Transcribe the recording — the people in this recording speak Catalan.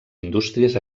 indústries